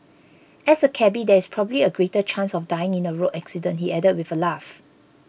as a cabby there is probably a greater chance of dying in a road accident he added with a laugh